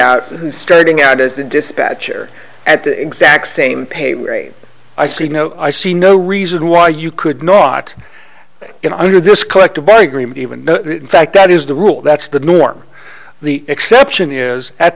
out who's starting out as a dispatcher at the exact same pay rate i see no i see no reason why you could not get in under this collective agreement even in fact that is the rule that's the norm the exception is at